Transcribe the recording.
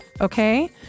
Okay